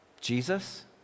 Jesus